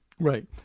Right